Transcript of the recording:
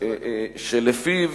שלפיו